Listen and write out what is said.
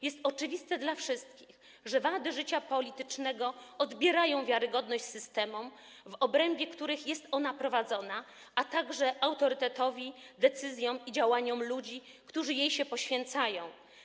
Jest oczywiste dla wszystkich, że wady życia politycznego odbierają wiarygodność systemom, w obrębie których polityka jest prowadzona, a także autorytetowi, decyzjom i działaniom ludzi, którzy się jej poświęcają.